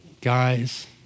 Guys